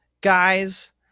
guys